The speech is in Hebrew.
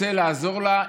רוצה לעזור לה.